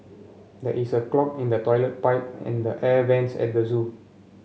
there is a clog in the toilet pipe and the air vents at the zoo